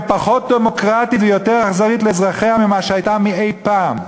פחות דמוקרטית ויותר אכזרית לאזרחיה ממה שהייתה אי-פעם.